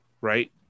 right